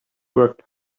worked